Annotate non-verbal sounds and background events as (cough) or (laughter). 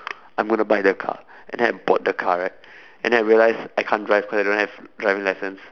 (noise) I'm gonna buy the car and then I bought the car right (breath) and then I realise I can't drive cause I don't have driving license